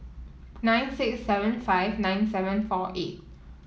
nine six seven five nine seven four eight